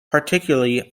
particularly